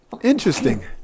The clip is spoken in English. interesting